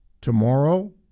tomorrow